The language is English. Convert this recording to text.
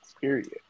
period